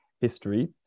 history